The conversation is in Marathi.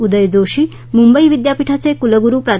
उदय जोशी मुंबई विद्यापीठाचे कुलगुरू प्रा